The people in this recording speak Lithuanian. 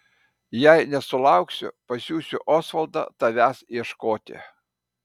jei nesulauksiu pasiųsiu osvaldą tavęs ieškoti